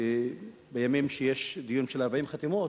בימים שיש דיון של 40 חתימות,